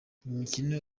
imikino